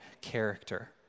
character